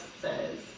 says